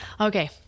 okay